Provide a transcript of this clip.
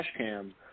Dashcam